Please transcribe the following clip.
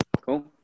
Cool